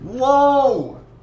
Whoa